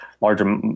larger